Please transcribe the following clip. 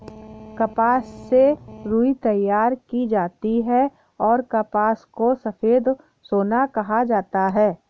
कपास से रुई तैयार की जाती हैंऔर कपास को सफेद सोना कहा जाता हैं